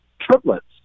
triplets